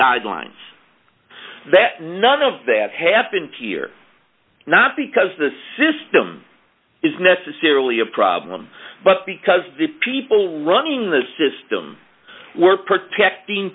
guidelines that none of that have been here not because the system is necessarily a problem but because the people running the system were protecting